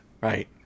Right